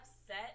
upset